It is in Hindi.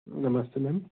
नमस्ते मैम